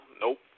Nope